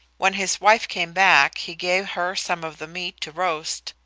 when his wife came back he gave her some of the meat to roast,